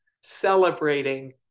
celebrating